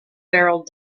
barreled